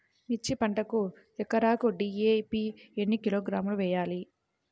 మిర్చి పంటకు ఎకరాకు డీ.ఏ.పీ ఎన్ని కిలోగ్రాములు వేయాలి?